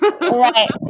Right